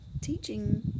teaching